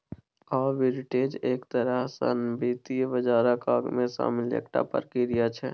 arbitrage एक तरह सँ वित्त बाजारक अंगमे शामिल एकटा प्रक्रिया छै